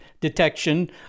detection